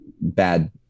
bad